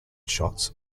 shots